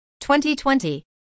2020